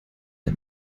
der